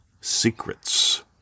Secrets